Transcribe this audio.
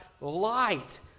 light